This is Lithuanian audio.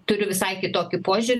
turiu visai kitokį požiūr